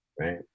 right